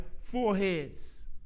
foreheads